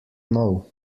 know